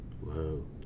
Whoa